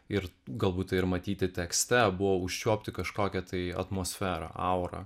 ir galbūt tai ir matyti tekste buvo užčiuopti kažkokią tai atmosferą aurą